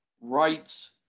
rights